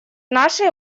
нашей